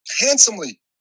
handsomely